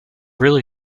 really